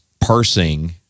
parsing